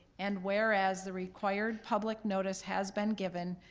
and whereas the required public notice has been given,